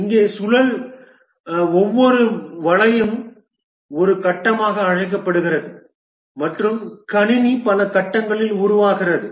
இங்கே சுழல் ஒவ்வொரு வளையமும் ஒரு கட்டமாக அழைக்கப்படுகிறது மற்றும் கணினி பல கட்டங்களில் உருவாகிறது